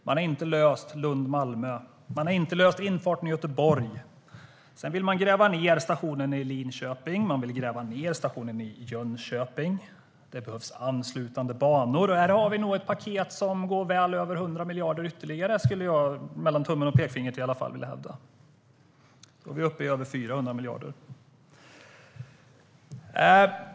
Man har inte löst sträckan Lund-Malmö. Man har inte löst infarten i Göteborg. Sedan vill man gräva ned stationerna i Linköping och Jönköping. Det behövs anslutande banor. Här har vi nog ett paket där kostnaden går på ytterligare 100 miljarder, skulle jag vilja hävda, mellan tummen och pekfingret. Då är vi uppe i över 400 miljarder.